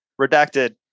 Redacted